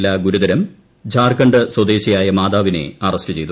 നില ഗൂരുതരം ജാർഖണ്ഡ് സ്വദേശിയായ മാതാവിനെ അറസ്റ്റ് ചെയ്തു